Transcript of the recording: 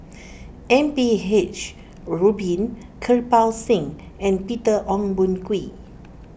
M P H Rubin Kirpal Singh and Peter Ong Boon Kwee